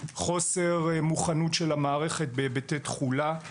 חוסר מוכנות של המערכת בהיבטי תכולה.